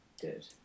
good